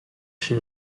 she